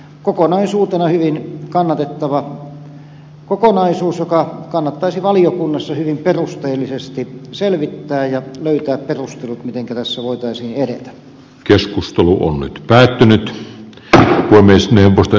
kokonaisuutena hyvin kannatettava kokonaisuus joka kannattaisi valiokunnassa hyvin perusteellisesti selvittää ja johon kannattaisi löytää perustelut mitenkä tässä voitaisiin edetä keskustelu on päättynyt kaatua myös neuvosto